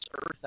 earth